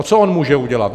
Co on může udělat?